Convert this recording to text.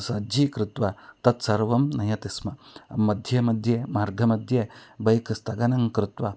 सज्जीकृत्वा तत्सर्वं नयति स्म मध्ये मध्ये मार्गमध्ये बैक् स्थगनं कृत्वा